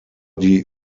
die